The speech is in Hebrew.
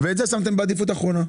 ואת זה שמתם בעדיפות אחרונה.